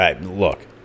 look